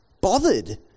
bothered